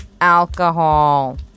Alcohol